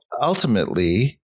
ultimately